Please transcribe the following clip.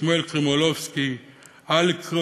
שמואל קרימולובסקי, אליקי